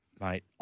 Mate